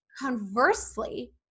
Conversely